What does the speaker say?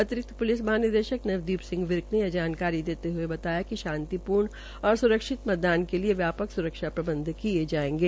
अतिरिक्त एलिस महानिदेशक नवदी सिंह विर्क ने यह जानकारी देते हये बताया कि शांतिपूर्ण तथा सुरक्षित मतदान के लिए व्या क सुरक्षा प्रबंध किये जायेंगे